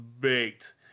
baked